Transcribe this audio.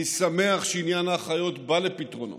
אני שמח שעניין האחיות בא על פתרונו.